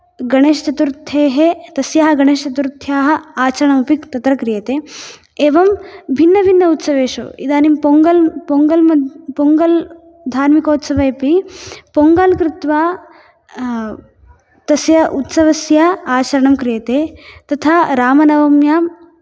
गणेशचतुर्थेः तस्याः गणेशचतुर्थ्याः अचरणमपि तत्र क्रियते एवं भिन्नभिन्न उत्सवेषु इदानीं पोङ्गल् पोङ्गल् पोङ्गल् धार्मिकोत्सवे अपि पोङ्गल् कृत्त्वा तस्य उत्सवस्य आचरणं क्रियते तथा रामनवम्यां